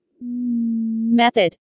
Method